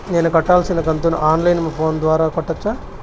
నేను కట్టాల్సిన కంతును ఆన్ లైను ఫోను ద్వారా కట్టొచ్చా?